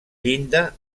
llinda